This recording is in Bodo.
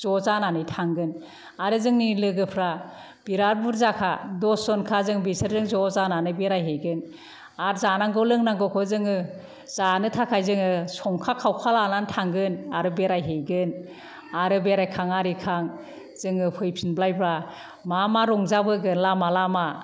ज' जानानै थांगोन आरो जोंनि लोगोफ्रा बिराद बुरजाखा दसजनखा जों बिसोरजों ज' जानानै बेरायहैगोन आरो जानांगौ लोंनांगौखौ जोङो जानो थाखाय जोङो संखा खावखा लाना थांगोन आरो बेराइहैगोन आरो बेरायखां आरिखां जोङो फैफिनबायब्ला मा मा रंजाबोगोन लामा लामा